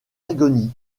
agonie